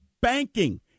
banking